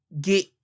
get